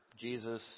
Jesus